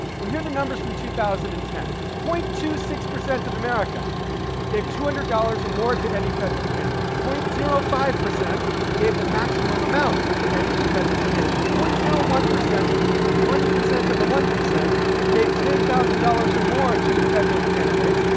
well, here are the numbers from two thousand and ten point two six percent of america gave two hundred dollars or more to any federal candidate, point zero five percent gave the maximum amount to any federal candidate, point zero one percent the one percent of the one percent gave ten thousand dollars or more to federal candidates,